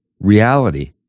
reality